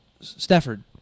Stafford